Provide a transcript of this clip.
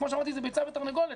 כמו שאמרתי זו ביצה ותרנגולת,